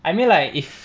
I mean like if